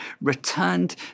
returned